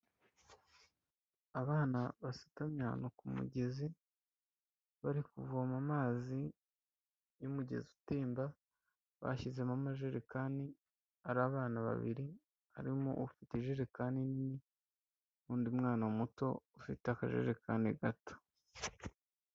Abana basutamye ahantu ku mugezi bari kuvoma amazi y'umugezi utemba, bashyizemo amajerekani, ari abana babiri, harimo ufite ijerekani nini n'undi mwana muto ufite akajerekani gato.